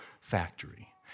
factory